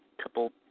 couple